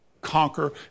conquer